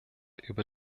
über